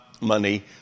money